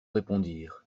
répondirent